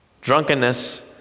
Drunkenness